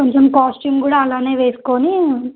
కొంచెం కాస్ట్యూమ్ కూడా అలానే వేసుకుని